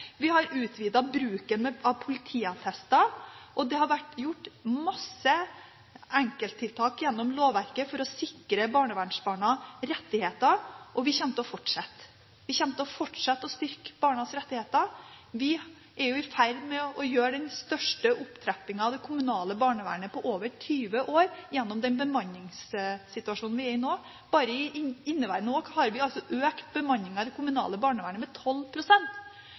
Vi har utvidet bruken av politiattester, og det har vært gjort masse enkelttiltak gjennom lovverket for å sikre barnevernsbarna rettigheter – og vi kommer til å fortsette. Vi kommer til å fortsette å styrke barnas rettigheter. Vi er nå i ferd med å gjøre den største opptrappingen av det kommunale barnevernet på over 20 år gjennom bemanningssituasjonen – bare i inneværende år har vi økt bemanningen i det kommunale barnevernet med